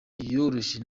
byoroshye